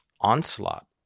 onslaught